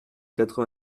quatre